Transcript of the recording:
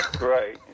Right